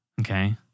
okay